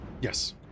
Yes